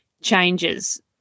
changes